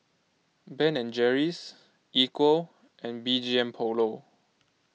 Ben and Jerry's Equal and B G M Polo